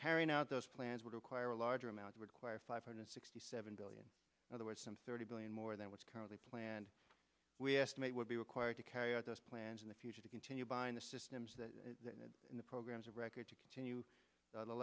carrying out those plans would require a larger amount of require five hundred sixty seven billion otherwise some thirty billion more than what's currently planned we estimate would be required to carry out those plans in the future to continue buying the systems that are in the programs of record to continue the